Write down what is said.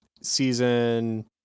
season